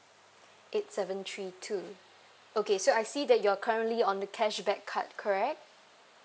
eight seven three two okay so I see that you're currently on the cashback card correct